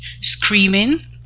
screaming